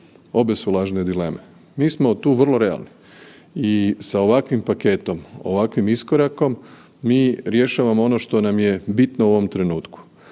obe su lažne dileme. Mi smo tu vrlo realni i sa ovakvim paketom, ovakvim iskorakom mi rješavamo ono što nam je bitno u ovom trenutku.